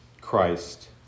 Christ